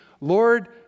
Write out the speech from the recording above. Lord